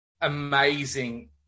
amazing